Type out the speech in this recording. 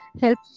help